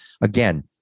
Again